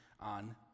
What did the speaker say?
on